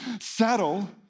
settle